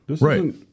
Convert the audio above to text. Right